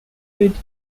page